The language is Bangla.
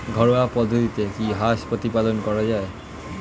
ঘরোয়া পদ্ধতিতে কি হাঁস প্রতিপালন করা যায়?